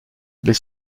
les